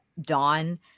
Dawn